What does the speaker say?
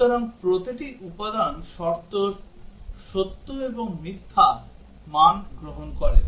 সুতরাং প্রতিটি উপাদান শর্ত সত্য এবং মিথ্যা মান গ্রহণ করে